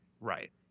Right